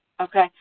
Okay